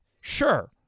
Sure